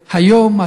שהיום,